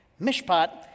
Mishpat